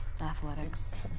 Athletics